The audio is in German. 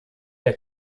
der